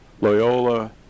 Loyola